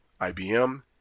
IBM